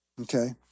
Okay